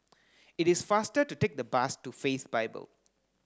it is faster to take the bus to Faith Bible